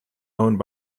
owned